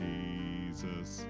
Jesus